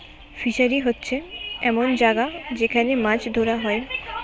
fishery হোচ্ছে এমন জাগা যেখান মাছ ধোরা হয়